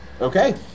okay